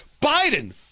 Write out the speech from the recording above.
Biden